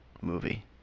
movie